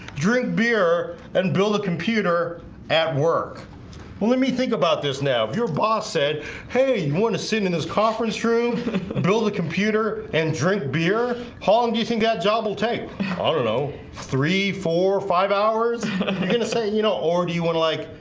drink beer and build a computer at work well let me think about this now your boss said hey you want to sit in in his conference room build a computer and drink beer pong. do you think that job will take i ah don't know three four or five hours i'm gonna say you know or do you one like?